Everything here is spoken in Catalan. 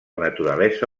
naturalesa